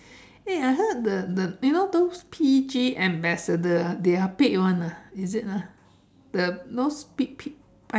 eh I heard the the you know those P_G ambassador ah they are paid [one] ah is it ah the you know P~ P~